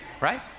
right